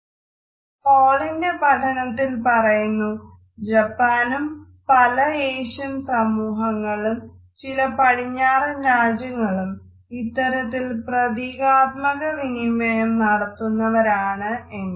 ഹാളിന്റെ പഠനത്തിൽ പറയുന്നു ജപ്പാനും പല ഏഷ്യൻ സമൂഹങ്ങളും ചില പടിഞ്ഞാറൻ രാജ്യങ്ങളും ഇത്തരത്തിൽ പ്രതീകാത്മക വിനിമയം നടത്തുന്നവരാണ് എന്ന്